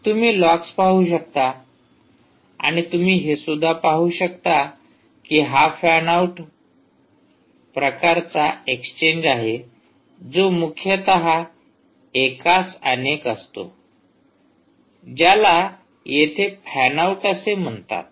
तुम्ही लॉग्स पाहू शकता आणि तुम्ही हे सुद्धा पाहू शकता की हा फॅन आऊट प्रकारचा एक्सचेंज आहे जो मुख्यतः एकास अनेक असतो ज्याला येथे फॅन आऊट असे म्हणतात